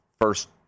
first